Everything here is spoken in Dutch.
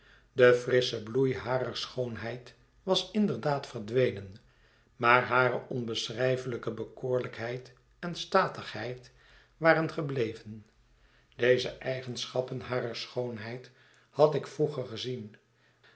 de frissche bloei harer schoonheid was inderdaad verdwenen maar hare onbeschrijfelijke bekoorlijkheid en statigheid waren gebleven deze eigenschappen harer schoonheid had ik vroeger gezien